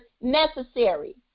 necessary